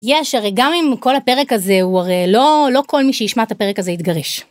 יש, הרי גם עם כל הפרק הזה, הוא הרי, לא כל מי שישמע את הפרק הזה יתגרש.